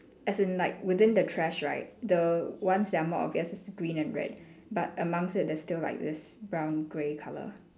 as in like within the trash right the ones that are more obvious is green and red but amongst it there's still like this brown grey colour